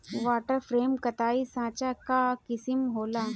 water frame कताई साँचा कअ किसिम होला